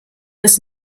des